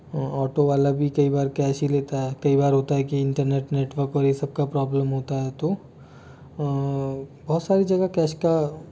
auto वाला भी कई बार कैश ही लेता है कई बार होता है कि इंटरनेट नेटवर्क और यह सब का प्रॉबलम होता है तो बहुत सारी जगह कैश का